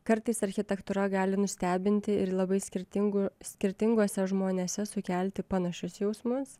kartais architektūra gali nustebinti ir labai skirtingų skirtinguose žmonėse sukelti panašius jausmus